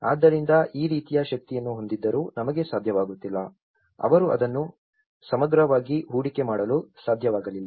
ಆದ್ದರಿಂದ ಈ ರೀತಿಯ ಶಕ್ತಿಯನ್ನು ಹೊಂದಿದ್ದರೂ ನಮಗೆ ಸಾಧ್ಯವಾಗುತ್ತಿಲ್ಲ ಅವರು ಅದನ್ನು ಸಮಗ್ರವಾಗಿ ಹೂಡಿಕೆ ಮಾಡಲು ಸಾಧ್ಯವಾಗಲಿಲ್ಲ